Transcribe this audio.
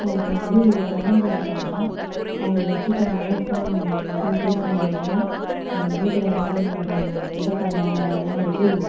எனக்கு வந்து குழந்த இருக்காங்க அவங்கள வச்சிகிட்டு என்னால் ஃபோன் எதுவும் பேச முடியல எங்கள் வீட்டிலேர்ந்து என்னோட சொந்தக்காரவங்க அவங்கெல்லாம் வந்து